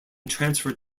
transfer